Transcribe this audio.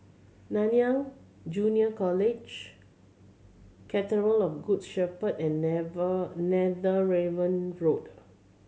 Nanyang Junior College Cathedral of Good Shepherd and Never Netheravon Road